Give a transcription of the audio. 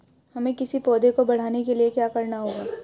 हमें किसी पौधे को बढ़ाने के लिये क्या करना होगा?